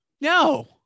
No